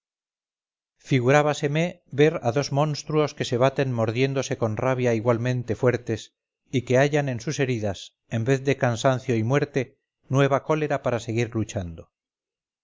figurábaseme ver a dos monstruos que se baten mordiéndose con rabia igualmente fuertes y que hallan en sus heridas en vez de cansancio y muerte nueva cólera para seguir luchando